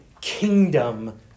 kingdom